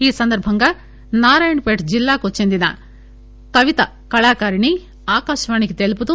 ఈ సందర్భంగా నారాయణ్ పేట్ జిల్లాకు చెందిన కవిత కళాకారిణి ఆకాశవాణికి తెలుపుతూ